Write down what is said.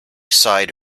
sighed